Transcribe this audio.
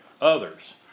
others